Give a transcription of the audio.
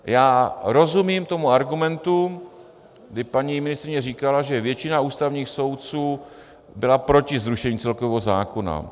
Já rozumím tomu argumentu, kdy paní ministryně říkala, že většina ústavních soudců byla proti zrušení celkového zákona.